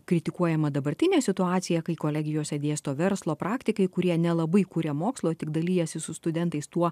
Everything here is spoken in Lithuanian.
kritikuojama dabartinė situacija kai kolegijose dėsto verslo praktikai kurie nelabai kuria mokslu o tik dalijasi su studentais tuo